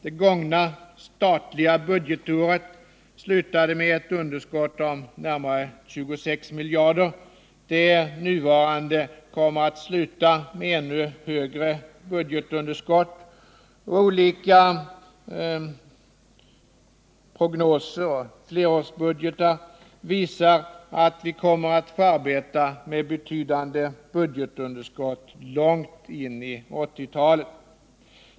Det gångna statliga budgetåret slutade med ett underskott om närmare 26 miljarder, det nuvarande kommer att sluta med ännu högre budgetunderskott, och olika prognoser och flerårsbudgeter visar att vi kommer att få arbeta med betydande budgetunderskott långt in i 1980-talet.